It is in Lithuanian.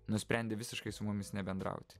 nusprendė visiškai su mumis nebendrauti